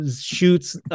shoots